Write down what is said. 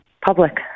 public